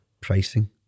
pricing